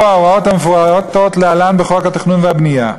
ההוראות המפורטות להלן בחוק התכנון והבנייה,